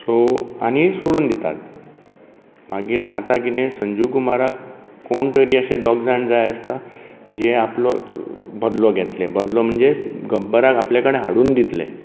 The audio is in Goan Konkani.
सो आनी सोडून दितात मागीर जाता कितें संजीव कुमाराक कोण तरी अशें दोग जाण जाय आसता जे आपलो बदलो घेतले बदलो म्हणजे गब्बराक आपल्या कडेन हाडून दितले